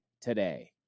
today